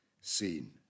seen